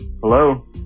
Hello